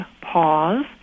pause